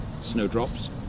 snowdrops